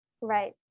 Right